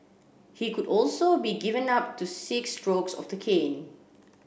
he could also be given up to six strokes of the cane